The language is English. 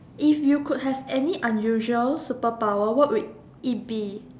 if you could have any unusual superpower what would it be